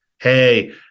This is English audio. hey –